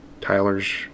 Tyler's